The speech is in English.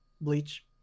Bleach